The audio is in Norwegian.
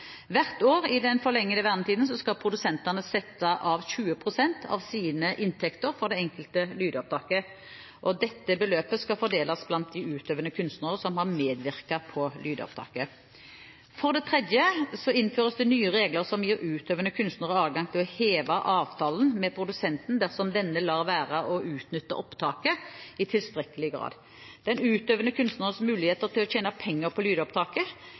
Hvert år i den forlengede vernetiden skal produsenten sette av 20 pst. av sine inntekter fra det enkelte lydopptaket. Dette beløpet skal fordeles blant de utøvende kunstnerne som har medvirket på lydopptaket. For det tredje innføres det nye regler som gir utøvende kunstnere adgang til å heve avtalen med produsenten dersom denne lar være å utnytte opptaket i tilstrekkelig grad. Den utøvende kunstnerens muligheter til å tjene penger på